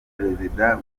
perezida